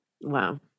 Wow